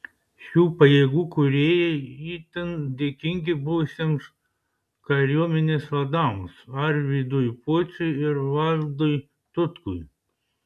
šių pajėgų kūrėjai itin dėkingi buvusiems kariuomenės vadams arvydui pociui ir valdui tutkui